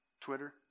Twitter